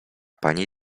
pani